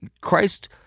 Christ